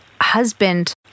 husband